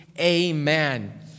Amen